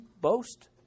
boast